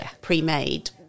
pre-made